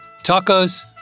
Tacos